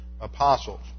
apostles